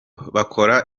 bakora